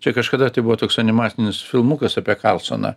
čia kažkada tai buvo toks animacinis filmukas apie karlsoną